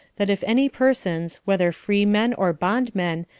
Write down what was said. that if any persons, whether free-men or bond-men,